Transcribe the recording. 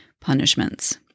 punishments